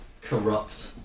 corrupt